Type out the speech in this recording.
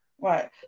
Right